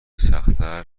سختتر